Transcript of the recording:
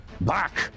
back